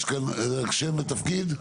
רק שם ותפקיד.